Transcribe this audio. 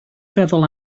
feddwl